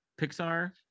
pixar